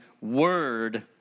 word